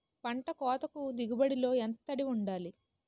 పంట కోతకు దిగుబడి లో ఎంత తడి వుండాలి?